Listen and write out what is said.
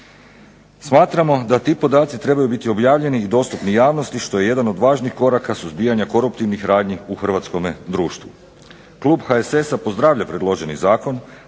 Smatramo da ti podaci trebaju biti objavljeni i dostupni javnosti što je jedan od važnih koraka suzbijanja koruptivnih radnji u hrvatskome društvu. Klub HSS-a pozdravlja predloženi zakon,